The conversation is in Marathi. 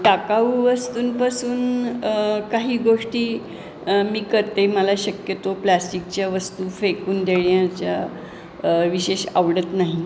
टाकाऊ वस्तूंपासून काही गोष्टी मी करते मला शक्यतो प्लास्टिकच्या वस्तू फेकून देण्याच्या विशेष आवडत नाही